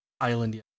Island